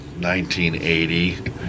1980